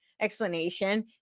explanation